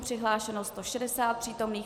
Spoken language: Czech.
Přihlášeno 160 přítomných.